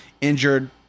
injured